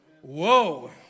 Whoa